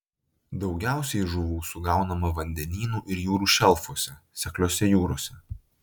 daugiausiai žuvų sugaunama vandenynų ir jūrų šelfuose sekliose jūrose